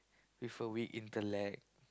with a weak intellect